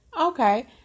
Okay